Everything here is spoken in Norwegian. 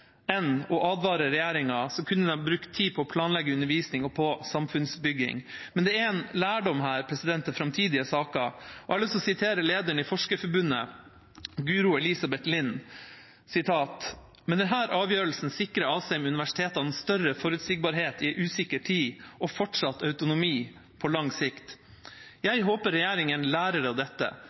enn å advare regjeringa kunne de brukt tid på å planlegge undervisning og på samfunnsbygging. Men det er en lærdom her til framtidige saker. Jeg har lyst til å sitere lederen i Forskerforbundet, Guro Elisabeth Lind: «Med denne avgjørelsen sikrer Asheim universitetene større forutsigbarhet i en usikker tid, og fortsatt autonomi på lang sikt. Jeg håper regjeringen lærer av dette.